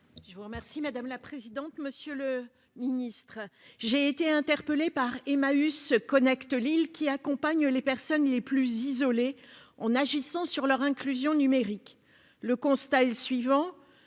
et numérique, chargé de l'industrie. Monsieur le ministre, j'ai été interpellée par Emmaüs Connect Lille, qui accompagne les personnes les plus isolées en agissant sur leur inclusion numérique. Le constat est clair